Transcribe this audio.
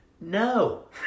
No